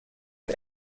der